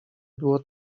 było